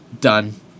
done